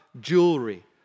jewelry